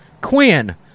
Quinn